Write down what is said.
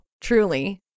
truly